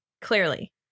clearly